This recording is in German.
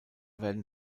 werden